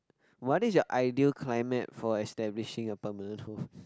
what is your ideal climate for establishing a permanent home